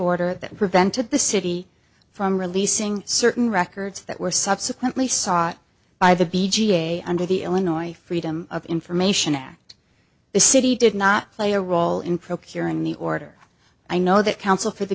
order that prevented the city from releasing certain records that were subsequently sought by the b ga under the illinois freedom of information act the city did not play a role in procuring the order i know that counsel for the